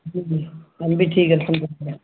جی جی ہم بھی ٹھیک ہیں الحمد للہ